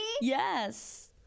Yes